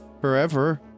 forever